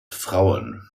frauen